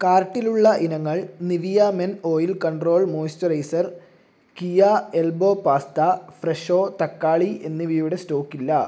കാർട്ടിലുള്ള ഇനങ്ങൾ Nivea men oil control moisturiser കിയാ എൽബോ പാസ്ത ഫ്രെഷോ തക്കാളി എന്നിവയുടെ സ്റ്റോക്ക് ഇല്ല